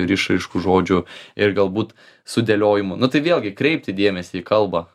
ir išraiškų žodžių ir galbūt sudėliojimų nu tai vėlgi kreipti dėmesį į kalbą